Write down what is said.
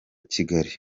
kigali